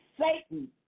Satan